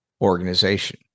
organization